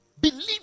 Believe